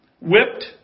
whipped